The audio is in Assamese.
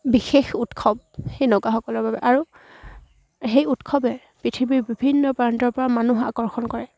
বিশেষ উৎসৱ সেই নগাসকলৰ বাবে আৰু সেই উৎসৱে পৃথিৱীৰ বিভিন্ন প্ৰান্তৰ পৰা মানুহ আকৰ্ষণ কৰে